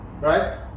Right